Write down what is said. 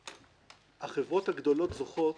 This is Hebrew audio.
החברות הגדולות זוכות